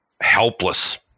helpless